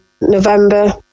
November